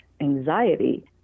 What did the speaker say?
anxiety